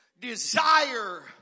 desire